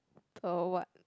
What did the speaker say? pearl what